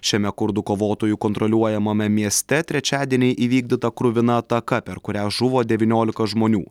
šiame kurdų kovotojų kontroliuojamame mieste trečiadienį įvykdyta kruvina ataka per kurią žuvo devyniolika žmonių